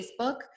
Facebook